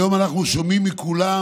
היום אנחנו שומעים מכולם